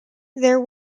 there